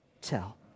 tell